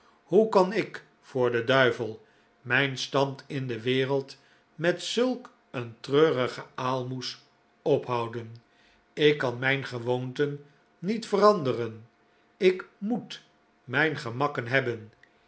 hoe kan ik voor den duivel mijn stand in de wereld met zulk een treurige aalmoes ophouden ik kan mijn gewoonten niet veranderen ik moer mijn gemakken hebben